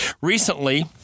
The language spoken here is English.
recently